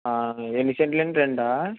ఎన్నిసెంట్లు అండి రెండు